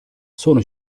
sono